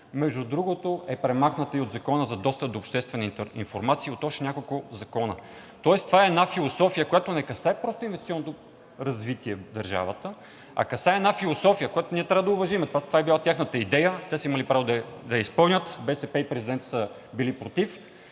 между другото, е премахната и от Закона за достъп до обществена информация и от още няколко закона. Тоест, това е една философия, която не касае просто инвестиционното развитие в държавата, а касае една философия, която ние трябва да уважим, тоест това е била тяхната идея, те са имали право да я изпълнят, Българската социалистическа